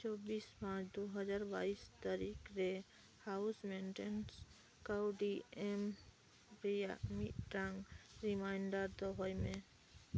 ᱪᱚᱵᱽᱵᱤᱥ ᱯᱟᱸᱪ ᱫᱩ ᱦᱟᱡᱟᱨ ᱵᱟᱭᱤᱥ ᱛᱟᱨᱤᱠᱷ ᱨᱮ ᱦᱟᱣᱩᱥ ᱢᱮᱱᱴᱮᱱᱥ ᱠᱟᱣᱰᱤ ᱮᱢ ᱨᱮᱭᱟᱜ ᱢᱤᱫᱴᱟᱝ ᱨᱤᱢᱟᱭᱤᱱᱰᱟᱨ ᱫᱚᱦᱚᱭ ᱢᱮ